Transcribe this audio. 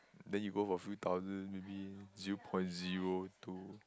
then you go for a few thousand maybe zero point zero two